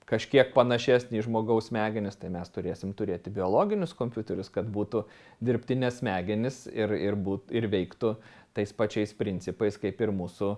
kažkiek panašesnį į žmogaus smegenis tai mes turėsim turėti biologinius kompiuterius kad būtų dirbtinės smegenys ir ir būt ir veiktų tais pačiais principais kaip ir mūsų